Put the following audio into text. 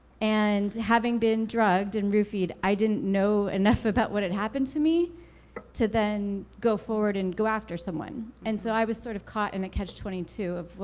and having been drugged and roofied, i didn't know enough about what had happened to me to then go forward and go after someone. and so, i was sort of caught in a catch twenty two of, well,